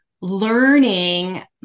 learning